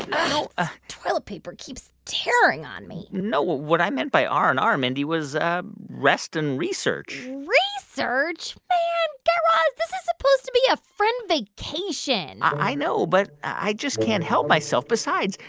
ah toilet paper keeps tearing on me no, what what i meant by r and r, mindy, was ah rest and research research yeah raz, this is supposed to be a friend vacation i know, but i just can't help myself. besides,